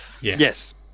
Yes